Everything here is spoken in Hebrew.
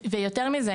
ויותר מזה,